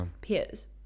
peers